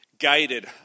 guided